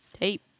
tape